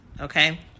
okay